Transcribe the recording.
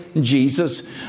Jesus